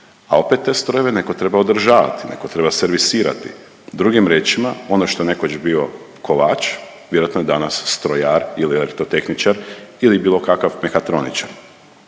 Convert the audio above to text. a opet te strojeve neko treba održavat, neko treba servisirati. Drugim riječima, ono što je nekoć bio kovač vjerojatno je danas strojar ili elektrotehničar ili bilo kakav mehatroničar.